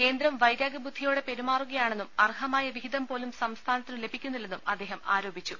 കേന്ദ്രം വൈരാഗൃബുദ്ധിയോടെ പെരുമാറുക യാണെന്നും അർഹമായ വിഹിതം പോലും സംസ്ഥാന ത്തിനു ലഭിക്കുന്നില്ലെന്നും അദ്ദേഹം ആരോപിച്ചു